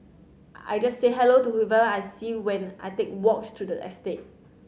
I just say hello to whoever I see when I take walks through the estate